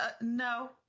No